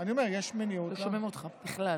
אני אומר, יש מניעות, לא שומעים אותך בכלל.